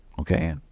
okay